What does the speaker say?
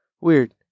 Weird